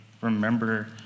remember